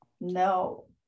No